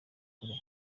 kure